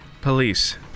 Police